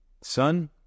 son